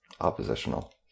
oppositional